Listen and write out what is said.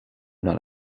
not